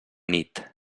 nit